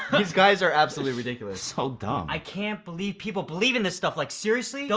these guys are absolutely ridiculous. so dumb. i can't believe people believe in this stuff. like, seriously?